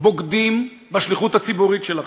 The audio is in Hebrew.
בוגדים בשליחות הציבורית שלכם.